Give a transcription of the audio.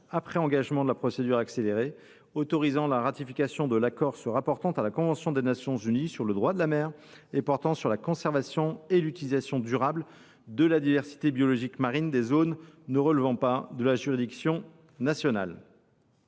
après engagement de la procédure accélérée, autorisant la ratification de l’accord se rapportant à la convention des Nations unies sur le droit de la mer et portant sur la conservation et l’utilisation durable de la diversité biologique marine des zones ne relevant pas de la juridiction nationale